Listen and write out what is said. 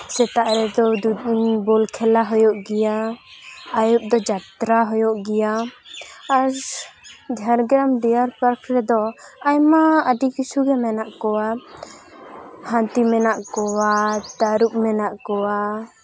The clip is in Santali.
ᱥᱮᱛᱟᱜ ᱨᱮᱫᱚ ᱵᱚᱞ ᱠᱷᱮᱞᱟ ᱦᱩᱭᱩᱜ ᱜᱮᱭᱟ ᱟᱹᱭᱩᱵ ᱫᱚ ᱡᱟᱛᱨᱟ ᱦᱩᱭᱩᱜ ᱜᱮᱭᱟ ᱟᱨ ᱡᱷᱟᱲᱜᱨᱟᱢ ᱰᱤᱭᱟᱨ ᱯᱟᱨᱠ ᱨᱮᱫᱚ ᱟᱭᱢᱟ ᱟᱹᱰᱤ ᱠᱤᱪᱷᱩᱜᱮ ᱢᱮᱱᱟᱜ ᱠᱚᱣᱟ ᱦᱟᱹᱛᱤ ᱢᱮᱱᱟᱜ ᱠᱚᱣᱟ ᱛᱟᱹᱨᱩᱵ ᱢᱮᱱᱟᱜ ᱠᱚᱣᱟ